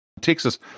Texas